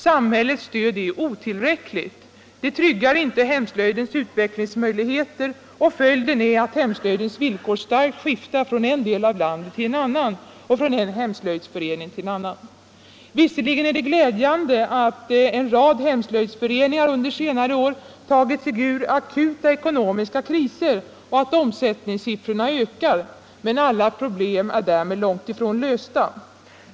Samhällets stöd är otillräckligt, det tryggar inte hemslöjdens utvecklingsmöjligheter, och följden är att hemslöjdens villkor starkt skiftar från en del av landet till en annan och från en hemslöjdsförening till en annan. Visserligen är det glädjande att en rad hemslöjdsföreningar under senare år tagit sig ur akuta ekonomiska kriser och att omsättningssiffrorna ökar, men alla problem är därmed långt ifrån lösta.